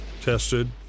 tested